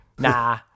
nah